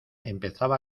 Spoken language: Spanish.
empezaba